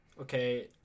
okay